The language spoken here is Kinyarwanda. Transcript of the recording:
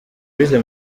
louise